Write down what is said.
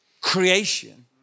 creation